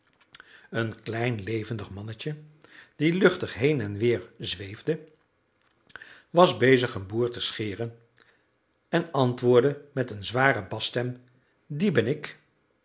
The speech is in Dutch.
een klein levendig mannetje die luchtig heen-en-weer zweefde was bezig een boer te scheren en antwoordde met een zware basstem die ben ik